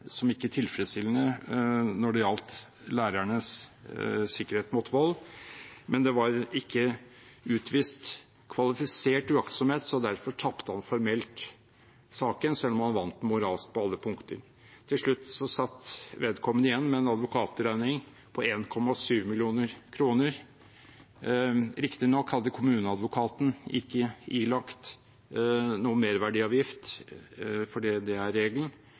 som ikke tilfredsstillende når det gjaldt lærernes sikkerhet mot vold. Men det var ikke utvist kvalifisert uaktsomhet, og derfor tapte han formelt saken, selv om han vant moralsk på alle punkter. Til slutt satt vedkommende igjen med en advokatrekning på 1,7 mill. kr. Riktignok hadde kommuneadvokaten ikke ilagt merverdiavgift, for det er regelen,